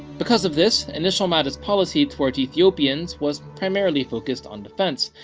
because of this, initial mahdist policy toward ethiopians was primarily focused on defense,